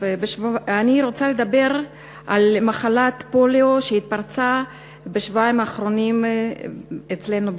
אני רוצה לדבר על מחלת הפוליו שהתפרצה בשבועיים האחרונים אצלנו בארץ.